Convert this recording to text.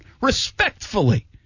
Respectfully